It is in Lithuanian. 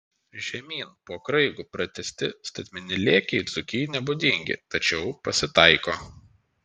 žemyn po kraigu pratęsti statmeni lėkiai dzūkijai nebūdingi tačiau pasitaiko